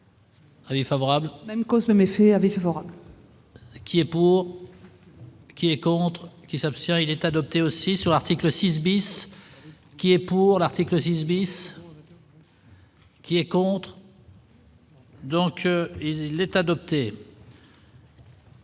Qui est pour. Ce qui est encore entre. Qui s'abstient, il est adopté aussi sur l'article 6 bis qui est pour l'article 6 bis. Qui est contre. Donc il est adopté.